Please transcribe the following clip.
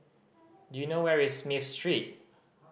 do you know where is Smith Street